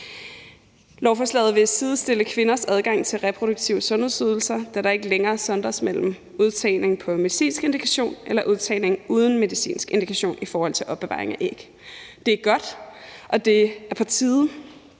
Lovforslaget vil sidestille kvinders adgang til reproduktive sundhedsydelser med hinanden, da der ikke længere sondres mellem udtagning med medicinsk indikation og udtagning uden medicinsk indikation i forhold til opbevaring af æg. Det er godt, og det er på tide.